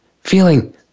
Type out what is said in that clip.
feeling